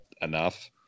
enough